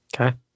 Okay